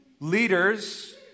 Leaders